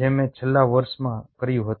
જે મેં છેલ્લા વર્ષમાં કર્યું હતું